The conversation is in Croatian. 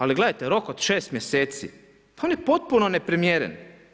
Ali gledajte, rok od 6 mjeseci pa on je potpuno neprimjeren.